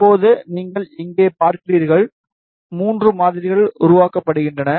இப்போது நீங்கள் இங்கே பார்க்கிறீர்கள் மூன்று மாதிரிகள் உருவாக்கப்படுகின்றன